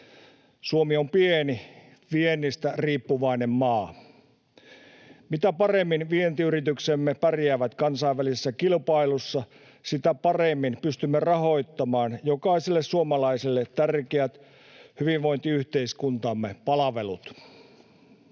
Suomi on pieni viennistä riippuvainen maa. Mitä paremmin vientiyrityksemme pärjäävät kansainvälisessä kilpailussa, sitä paremmin pystymme rahoittamaan jokaiselle suomalaiselle tärkeät hyvinvointiyhteiskuntamme palvelut.